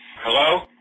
Hello